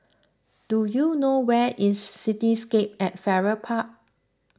do you know where is Cityscape at Farrer Park